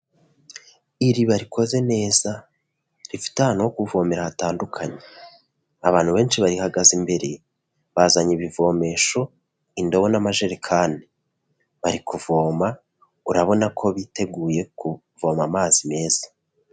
Iriba rikoze neza, rifite ahantu no kuvomera hatandukanye. Abantu benshi barihagaze imbere bazanye ibivomesho, indobo n'amajerekani. Bari kuvoma, urabona ko biteguye kuvoma amazi meza.